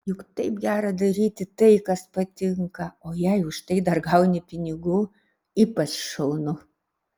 juk taip gera daryti tai kas patinka o jei už tai dar gauni pinigų ypač šaunu